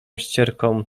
ścierką